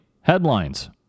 headlines